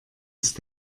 ist